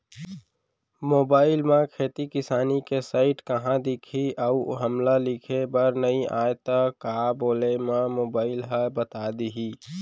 Mobile म खेती किसानी के साइट कहाँ दिखही अऊ हमला लिखेबर नई आय त का बोले म मोबाइल ह बता दिही?